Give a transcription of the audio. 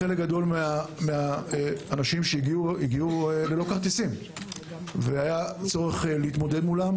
חלק גדול מן האנשים הגיעו ללא כרטיסים והיה צורך להתמודד מולם.